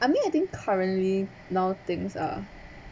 I mean I think currently now things are